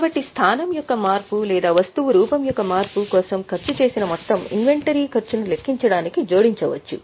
కాబట్టి స్థానం యొక్క మార్పు లేదా వస్తువు రూపం యొక్క మార్పు కోసం ఖర్చు చేసిన మొత్తం ఇన్వెంటరీ ఖర్చును లెక్కించడానికి జోడించవచ్చు